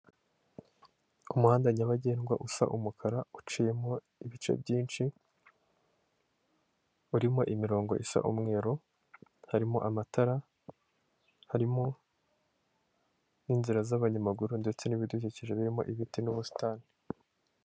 Umuhanda nyabagendwa usa umukara uciyemo ibice byinshi urimo imirongo isa umweru harimo amatara, harimo n'inzira z'abanyamaguru ndetse n'ibidukije birimo ibiti n'ubusitani.